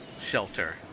shelter